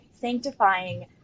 sanctifying